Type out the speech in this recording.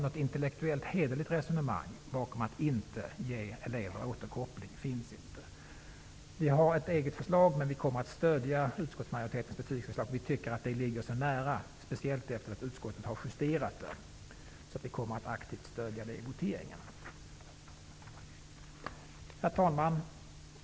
Något intellektuellt hederligt resonemang bakom idén att inte ge eleverna återkoppling finns inte. Vi har ett eget förslag i betygsfrågan, men vi kommer att stödja utskottsmajoritetens förslag, eftersom vi tycker att det ligger så nära vårt -- speciellt sedan utskottet har justerat propositionsförslaget. Herr talman!